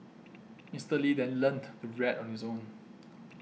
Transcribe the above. Mister Lee then learnt to read on his own